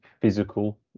physical